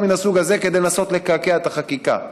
מן הסוג הזה כדי לנסות לקעקע את החוק הזה.